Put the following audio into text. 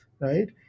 Right